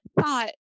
thought